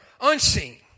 unseen